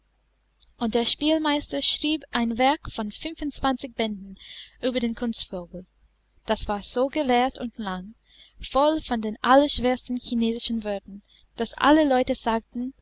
und der spielmeister schrieb ein werk von fünfundzwanzig bänden über den kunstvogel das war so gelehrt und lang voll von den allerschwersten chinesischen wörtern daß alle leute sagten